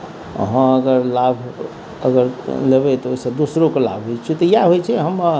अहाँ अगर लाभ अगर लेबै तऽ ओहिसँ दोसरोके लाभ होइत छै तऽ इएह होइत छै हम